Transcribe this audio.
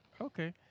Okay